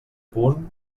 punt